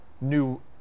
new